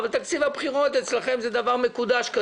אבל תקציב הבחירות אצלכם זה דבר מקודש,